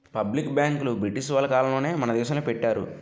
public బ్యాంకులు British వాళ్ళ కాలంలోనే మన దేశంలో పెట్టారు